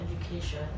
education